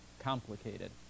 complicated